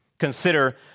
Consider